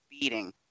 beating